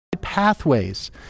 pathways